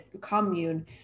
commune